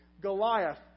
Goliath